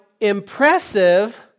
impressive